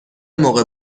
موقع